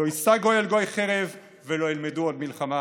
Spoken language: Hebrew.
לא ישא גוי אל גוי חרב ולא ילמדו עד מלחמה".